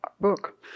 book